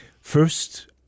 First